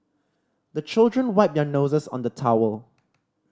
the children wipe their noses on the towel